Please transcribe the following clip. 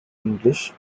english